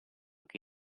che